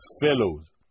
fellows